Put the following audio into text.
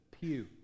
pew